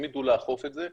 הם ידעו לאכוף את זה,